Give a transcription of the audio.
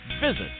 Visit